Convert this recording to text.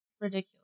ridiculous